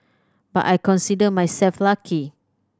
but I consider myself lucky